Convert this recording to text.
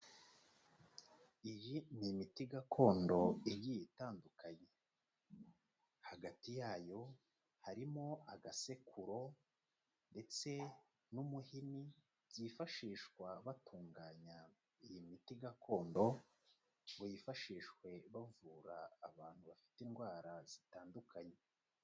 Iyi ni imiti gakondo igiye itandukanye hagati yayo harimo agasekuro ndetse n'umuhini byifashishwa batunganya iyi miti gakondo ngo yifashishwe bavura abantu bafite indwara zitandukanye.